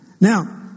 Now